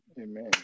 Amen